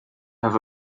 have